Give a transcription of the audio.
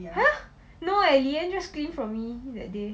!huh! no eh leah just clean for me eh that day